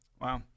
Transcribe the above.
Wow